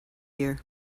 year